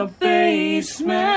basement